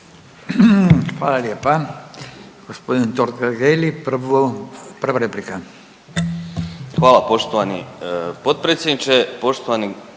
Hvala lijepa. Gospodin Totgergeli prva replika.